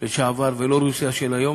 לשעבר ולא רוסיה של היום,